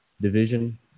division